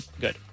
Good